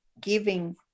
giving